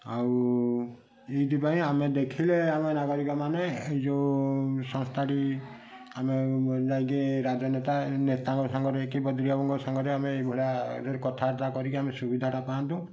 ଆଉ ଏଇଥି ପାଇଁ ଆମେ ଦେଖିଲେ ଆମେ ନାଗରିକମାନେ ଏଇ ଯେଉଁ ସଂସ୍ଥାଟି ଆମେ ଯାଇକି ରାଜନେତା ନେତାଙ୍କ ସାଙ୍ଗରେ ଯାଇକି ବଦ୍ରିବାବୁଙ୍କ ସାଙ୍ଗରେ ଆମେ ଏଇଭଳିଆରେ କଥାବାର୍ତ୍ତା କରିକି ଆମେ ସୁବିଧାଟା ପାଆନ୍ତୁ